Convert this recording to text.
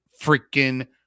freaking